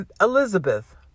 Elizabeth